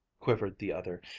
quivered the other,